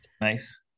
Nice